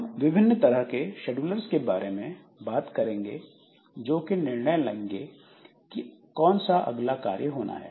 हम विभिन्न तरह के शेड्यूलर्स के बारे में बात करेंगे जो कि निर्णय लेंगे कि कौन सा अगला कार्य होना है